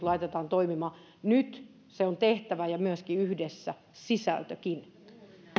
laitetaan toimimaan nyt se on tehtävä ja yhdessä sisältökin